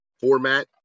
format